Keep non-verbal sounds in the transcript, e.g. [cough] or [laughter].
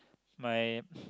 my [breath]